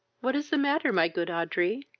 what is the matter, my good audrey?